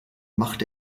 machte